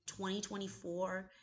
2024